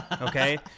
Okay